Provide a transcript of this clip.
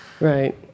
right